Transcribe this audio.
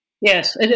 Yes